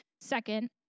Second